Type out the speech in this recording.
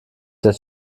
der